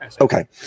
Okay